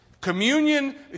Communion